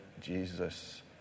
Jesus